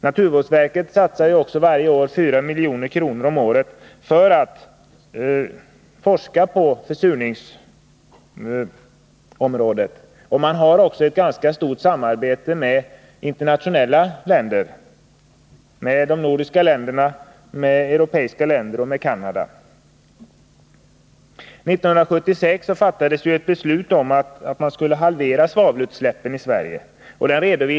Naturvårdsverket satsar 4 milj.kr. om året för forskning på försurningsområdet. Man har också ett ganska stort internationellt samarbete med de nordiska länderna, med andra europeiska länder och med Canada. År 1976 fattades ett beslut om att halvera svavelutsläppen i Sverige.